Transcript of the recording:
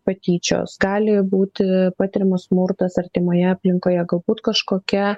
patyčios gali būti patiriamas smurtas artimoje aplinkoje galbūt kažkokia